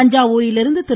தஞ்சாவூரிலிருந்து திரு